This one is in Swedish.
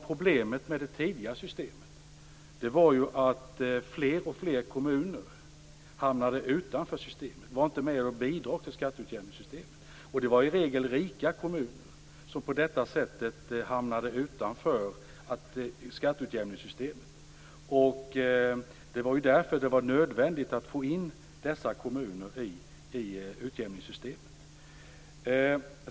Problemet med det tidigare systemet var att fler och fler kommuner hamnade utanför systemet. De var inte med och bidrog till skatteutjämningssystemet. Det var i regel rika kommuner som hamnade utanför skatteutjämningssystemet. Det var därför det var nödvändigt att få in dessa kommuner i utjämningssystemet.